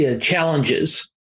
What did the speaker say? challenges